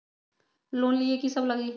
Loan लिए की सब लगी?